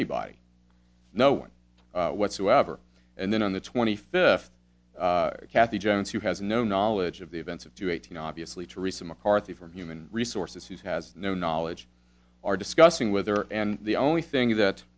anybody no one whatsoever and then on the twenty fifth kathy jones who has no knowledge of the events of two eighteen obviously teresa mccarthy from human resources who has no knowledge are discussing with her and the only thing that